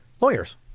lawyers